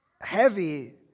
heavy